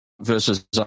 versus